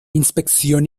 inspección